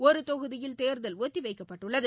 ஒரு தொகுதியில் தேர்தல் ஒத்தி வைக்கப்பட்டுள்ளது